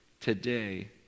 today